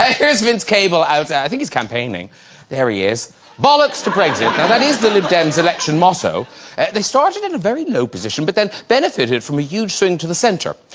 here's vince cable outside he's campaigning there. he is bollocks to craig's it now. that is the lib dems election, ma so they started in a very low position but then benefited from a huge swing to the center.